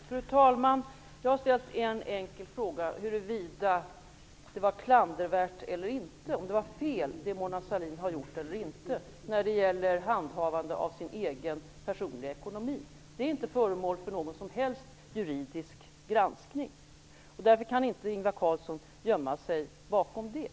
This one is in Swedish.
Fru talman! Jag har ställt en enkel fråga: huruvida det Mona Sahlin har gjort när det gäller handhavandet av sin personliga ekonomi var klandervärt eller inte. Detta är inte föremål för någon som helst juridisk granskning, och därför kan inte Ingvar Carlsson gömma sig bakom det.